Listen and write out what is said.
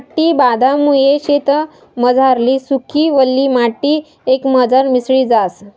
पट्टी बांधामुये शेतमझारली सुकी, वल्ली माटी एकमझार मिसळी जास